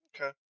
Okay